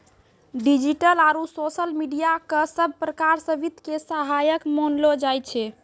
digital आरू social media क सब प्रकार स वित्त के सहायक मानलो जाय छै